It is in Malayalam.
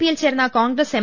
പിയിൽ ചേർന്ന കോൺഗ്രസ് എം